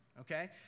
okay